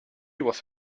was